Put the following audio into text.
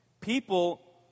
people